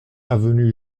avenue